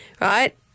right